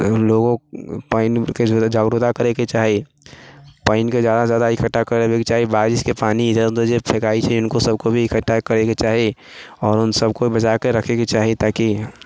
लोगो पानिके जागरुकता करैके चाही पानिके जादासँ जादा इकठ्ठा करैके चाही बारिशके पानि इधर उधर जे फेकाइ छै हिनको सभके भी इकठ्ठा करैके चाही आओर उन सभको बचाके रखेके चाही ताकि